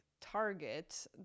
target